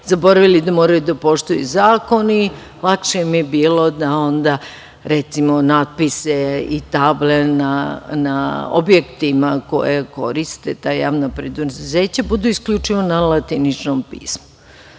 zaboravili da moraju da poštuju zakon i lakše im je bilo da onda, recimo, natpisi i table na objektima koje koriste ta javna preduzeća budu isključivo na latiničnom pismu. Tako